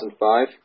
2005